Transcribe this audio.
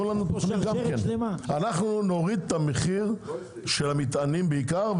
אנחנו נוריד את המחיר של המטענים בעיקר.